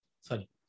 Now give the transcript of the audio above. Sorry